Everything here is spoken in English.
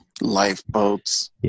Lifeboats